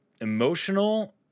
emotional